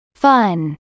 Fun